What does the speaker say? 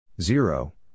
Zero